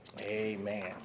Amen